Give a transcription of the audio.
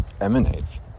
emanates